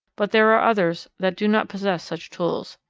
but there are others that do not possess such tools.